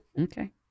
Okay